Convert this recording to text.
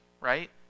right